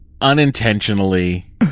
unintentionally